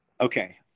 Okay